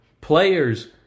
players